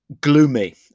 gloomy